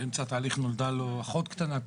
באמצע התהליך נולדה לו אחות קטנה,